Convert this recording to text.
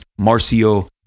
Marcio